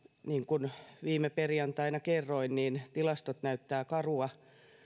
niin kuin viime perjantaina kerroin tilastot näyttävät karua